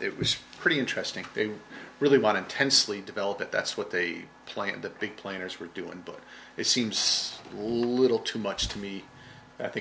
it was pretty interesting they really want intensely develop it that's what they plan that big planners were doing but it seems a little too much to me i think